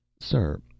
Sir